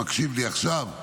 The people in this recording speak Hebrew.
שמקשיב לי עכשיו,